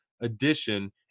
addition